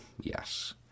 yes